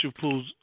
pools